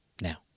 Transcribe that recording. Now